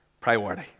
priority